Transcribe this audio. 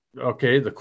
okay